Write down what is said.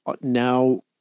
now